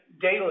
daily